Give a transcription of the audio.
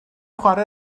chwarae